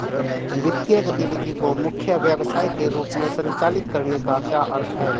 वित्तीय गतिविधि को मुख्य व्यवसाय के रूप में संचालित करने का क्या अर्थ है?